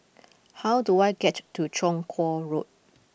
how do I get to Chong Kuo Road